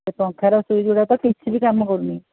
ସେ ପଙ୍ଖାର ସୁଇଚ୍ଗୁଡ଼ାକ କିଛି ବି କାମ କରୁନି